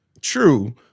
True